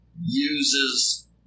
uses